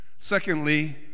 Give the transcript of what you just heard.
Secondly